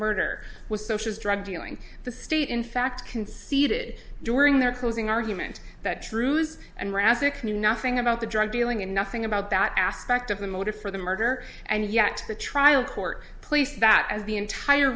murder was so she's drug dealing the state in fact conceded during their closing argument that truth and razak knew nothing about the drug dealing and nothing about that aspect of the motive for the murder and yet the trial court placed that as the entire